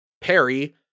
Perry